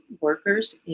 workers